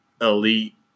elite